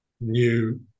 new